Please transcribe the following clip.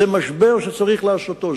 זה משבר שצריך לעשותו.